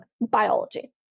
biology